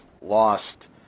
lost